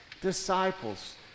Disciples